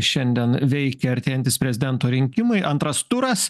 šiandien veikia artėjantys prezidento rinkimai antras turas